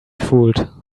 fooled